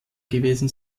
gewesen